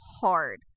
hard